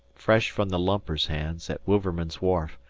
fresh from the lumper's hands, at wouverman's wharf,